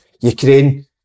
Ukraine